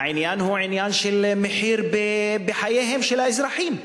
העניין הוא עניין של מחיר בחייהם של האזרחים.